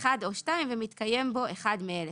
1 או 2 ומתקיים בו אחד מאלה,